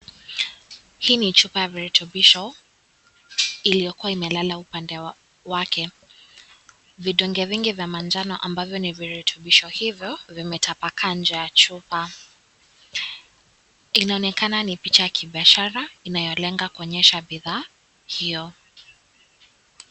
Hii ni chupa ya viritubisho iliyokuwa imelala upande wake, vidonge vingi vya manjano ambavyo ni viritubisho hivyo vimetapakaa nje ya chupa inaonekana ni picha ya kibiashara inayolenga kuonyesha bidhaa hiyo.